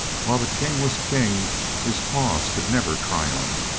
while the king was king his cause could never triumph.